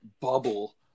bubble